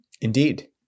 Indeed